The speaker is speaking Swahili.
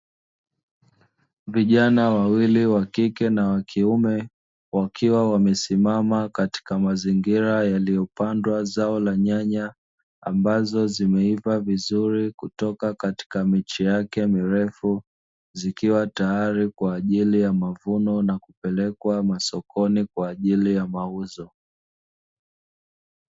Vijana wawili wa kike na wa kiume, wakiwa wamesimama katika mazingira yaliyopandwa zao la nyanya, ambazo zimeiva vizuri kutoka katika miche yake mirefu, zikiwa tayari kwa ajili ya mavuno na kupelekwa masokoni kwa ajili ya mauzo.